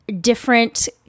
different